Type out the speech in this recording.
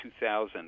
2000